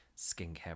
skincare